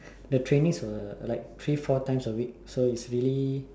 the training were like three four times a week so is really